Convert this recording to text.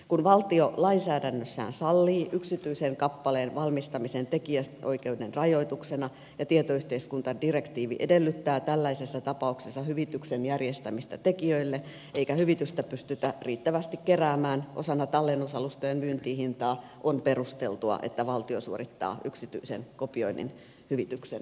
kun valtio lainsäädännössään sallii yksityisen kappaleen valmistamisen tekijänoikeuden rajoituksena ja tietoyhteiskuntadirektiivi edellyttää tällaisessa tapauksessa hyvityksen järjestämistä tekijöille eikä hyvitystä pystytä riittävästi keräämään osana tallennusalustojen myyntihintaa on perusteltua että valtio suorittaa yksityisen kopioinnin hyvityksen verovaroista